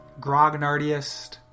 grognardiest